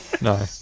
No